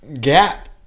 gap